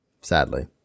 sadly